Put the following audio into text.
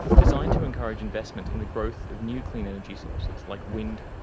designed to encourage investment in the growth of new clean energy sources like wind,